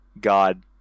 God